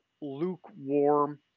lukewarm